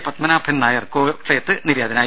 പത്മനാഭൻ നായർ കോട്ടയത്ത് നിര്യാതനായി